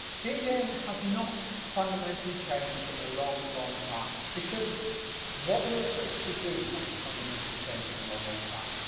djing has not fundamentally changed in a long, long time, because what you expect it to do hasn't fundamentally changed in a long, long time.